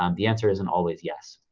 um the answer isn't always, yes.